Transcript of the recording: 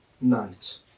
night